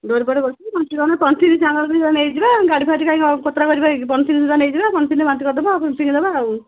door ପଟେ ବସିଯିବ ବାନ୍ତି କଲେ ପଲିଥିନ୍ ସାଙ୍ଗରେ ଦୁଇଟା ନେଇଯିବା ଗାଡ଼ି ଫାଡ଼ି କାହିଁ କୋତରା କରିବା କି ପଲିଥିନ୍ ଦୁଇଟା ନେଇଯିବା ପଲିଥିନ୍ରେ ବାନ୍ତି କରି ଦେବା ପୁଣି ଫିଙ୍ଗି ଦେବା ଆଉ